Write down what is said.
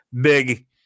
big